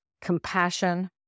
compassion